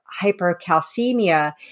hypercalcemia